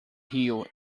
heel